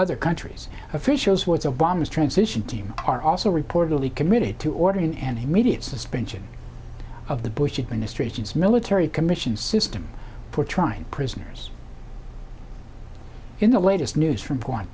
other countries officials who it's obama's transition team are also reportedly committed to ordering an immediate suspension of the bush administration's military commission system for trying prisoners in the latest news from point